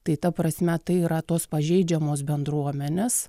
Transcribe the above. tai ta prasme tai yra tos pažeidžiamos bendruomenės